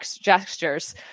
gestures